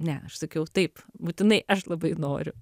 ne aš sakiau taip būtinai aš labai noriu